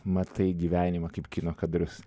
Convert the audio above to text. matai gyvenimą kaip kino kadrus